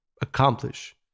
accomplish